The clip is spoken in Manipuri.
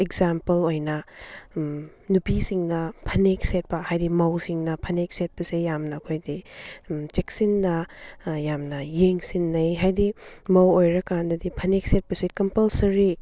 ꯑꯦꯛꯖꯥꯝꯄꯜ ꯑꯣꯏꯅ ꯅꯨꯄꯤꯁꯤꯡꯅ ꯐꯅꯦꯛ ꯁꯦꯠꯄ ꯍꯥꯏꯗꯤ ꯃꯧ ꯁꯤꯡꯅ ꯐꯅꯦꯛ ꯁꯦꯠꯄꯁꯦ ꯌꯥꯝꯅ ꯑꯩꯈꯣꯏꯗꯤ ꯆꯦꯛꯁꯤꯟꯅ ꯌꯥꯝꯅ ꯌꯦꯡꯁꯤꯟꯅꯩ ꯍꯥꯏꯗꯤ ꯃꯧ ꯑꯣꯏꯔꯀꯥꯟꯗꯗꯤ ꯐꯅꯦꯛ ꯁꯦꯠꯄꯁꯦ ꯀꯞꯃꯜꯁꯔꯤ